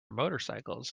motorcycles